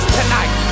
tonight